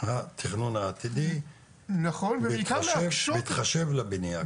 התכנון העתידי בהתחשב בבנייה.